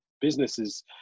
businesses